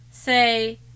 Say